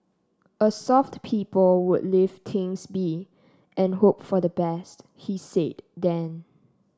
a soft people would leave things be and hope for the best he said then